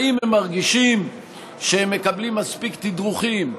אם הם מרגישים שהם מקבלים מספיק תדרוכים,